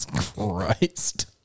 Christ